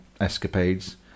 escapades